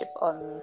on